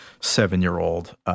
seven-year-old